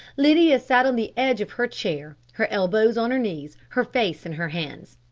lydia sat on the edge of her chair, her elbows on her knees, her face in her hands.